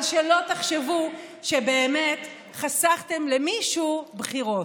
אבל שלא תחשבו שבאמת חסכתם למישהו בחירות.